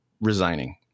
resigning